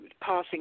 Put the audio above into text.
passing